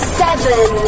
seven